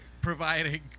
providing